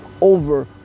over